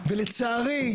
ולצערי,